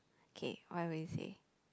K what will you say